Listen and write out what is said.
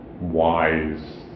wise